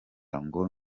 ngo